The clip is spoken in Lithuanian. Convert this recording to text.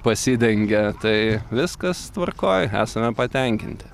pasidengia tai viskas tvarkoj esame patenkinti